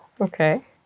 Okay